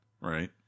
Right